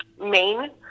main